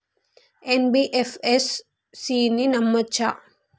NBFC ని నమ్మచ్చా?